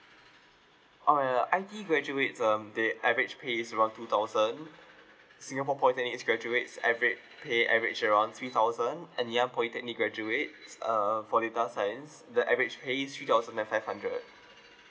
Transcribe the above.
alright uh I_T graduates um the average pay is around two thousand singapore polytechnic its graduates average pay average around three thousand and ngee ann polytechnic graduates uh for data science the average pay is three thousand and five hundred